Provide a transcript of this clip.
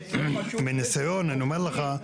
מניסיון אני אומר לך,